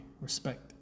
respect